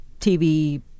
TV